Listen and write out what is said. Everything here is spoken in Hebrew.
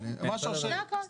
מה השרשרת,